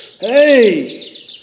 Hey